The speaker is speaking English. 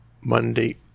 Monday